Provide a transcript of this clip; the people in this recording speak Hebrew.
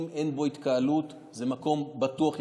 אם אין בו התקהלות זה מקום בטוח יחסית.